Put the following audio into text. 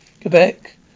Quebec